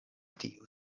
tiu